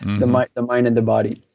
the mind the mind and the body.